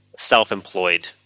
self-employed